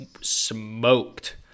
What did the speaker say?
smoked